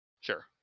Sure